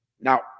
Now